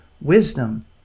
wisdom